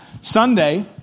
Sunday